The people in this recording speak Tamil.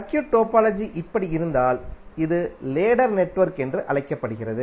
சர்க்யூட் டோபாலஜி இப்படி இருந்தால் அது லேடர் நெட்வொர்க் என்று அழைக்கப்படுகிறது